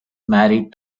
married